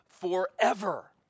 forever